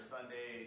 Sunday